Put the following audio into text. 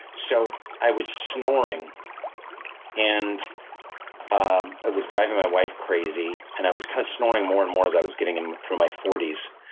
so i was snoring and um i was driving my wife crazy. and i was kind of snoring more and more as i was getting gin and through my forty s.